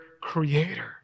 creator